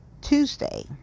Tuesday